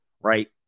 right